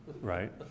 right